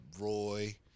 Roy